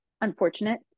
unfortunate